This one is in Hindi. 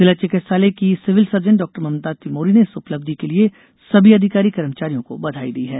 जिला चिकित्सालय की सिविल सर्जन डॉ ममता तिमोरी ने इस उप्लब्धि के लिए सभी अधिकारी कर्मचारियों को बधाई दी है